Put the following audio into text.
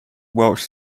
welsh